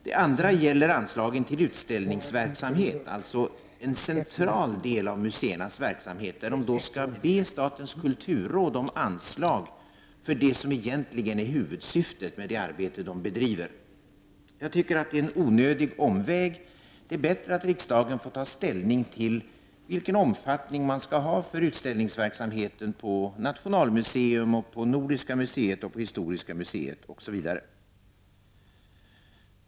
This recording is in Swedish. Det andra exemplet gäller anslagen till utställningsverksamhet, alltså en central del av museernas verksamhet. De skall be statens kulturråd om anslag för det som egentligen är huvudsyftet för det arbete de bedriver. Jag tycker att det är en onödig omväg. Det är bättre att riksdagen får ta ställning till vilken omfattning man skall ha på utställningsverksamheten på nationalmuseum, Nordiska museet, historiska museet osv.